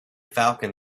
falcon